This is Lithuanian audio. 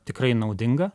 tikrai naudinga